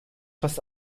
fast